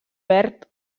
verd